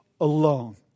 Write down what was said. alone